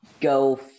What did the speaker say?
go